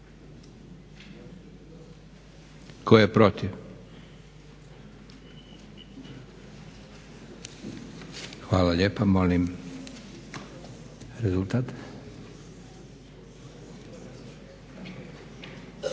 Tko je protiv? Hvala lijepa. Molim rezultat.